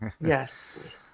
yes